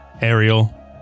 Ariel